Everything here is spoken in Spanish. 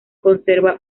conserva